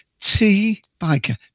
T-biker